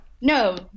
No